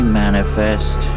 manifest